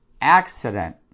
accident